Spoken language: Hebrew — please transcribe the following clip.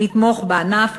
לתמוך בענף,